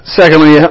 secondly